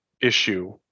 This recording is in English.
issue